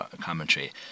commentary